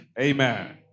Amen